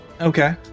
Okay